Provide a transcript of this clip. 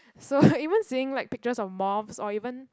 so even seeing like pictures of moths or even